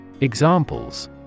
Examples